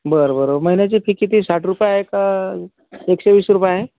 बरं बरं महिन्याची फी किती साठ रुपये आहे का एकशेवीस रुपये आहे